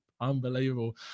unbelievable